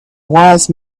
wise